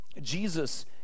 Jesus